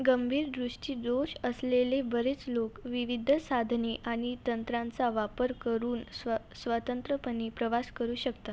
गंभीर दृष्टिदोष असलेले बरेच लोक विविध साधने आणि तंत्रांचा वापर करून स्व स्वतंत्रपणे प्रवास करू शकतात